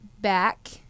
back